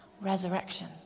resurrection